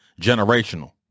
generational